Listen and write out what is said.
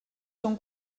són